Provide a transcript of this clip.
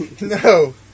No